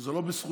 שזה לא בזכותו,